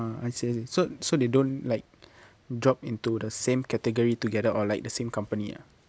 ~[ah] I see I see so so they don't like drop into the same category together or like the same company ah